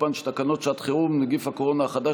תוקפן של תקנות שעת חירום (נגיף הקורונה החדש,